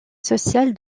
social